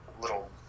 little